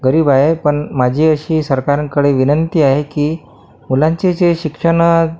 गरीब आहे पण माझी अशी सरकारकडे विनंती आहे की मुलांचे जे शिक्षणं